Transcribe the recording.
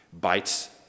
Bites